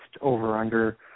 over-under